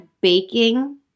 baking